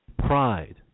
Pride